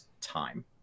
time